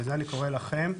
בזה אני קורא לכם,